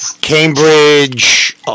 Cambridge